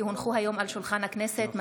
כי הונחו היום על שולחן הכנסת,